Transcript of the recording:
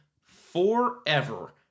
forever